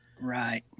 Right